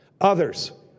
others